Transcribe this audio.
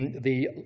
and the